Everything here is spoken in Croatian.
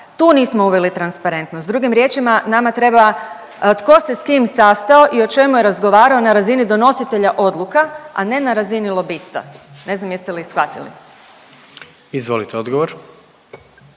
Tu nismo uveli transparentnost. Drugim riječima, nama treba tko se s kim sastao i o čemu je razgovarao na razini donositelja odluka, a ne na razini lobista. Ne znam jeste li shvatili. **Jandroković,